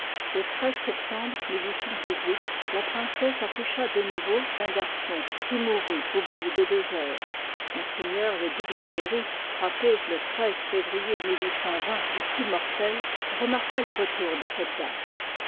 le septembre la princesse accoucha de nouveau d'un garçon qui mourut au bout de deux heures m le duc de berry frappé le février du coup mortel remarqua le retour de cette date